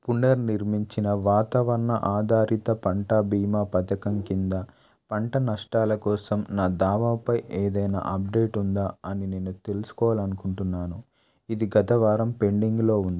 పునర్నిర్మించిన వాతావరణ ఆధారిత పంట బీమా పథకం కింద పంట నష్టాల కోసం నా దావాపై ఏదైనా అప్డేట్ ఉందా అని నేను తెలుసుకోవాలి అనుకుంటున్నాను ఇది గత వారం పెండింగ్లో ఉంది